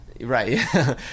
Right